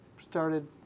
started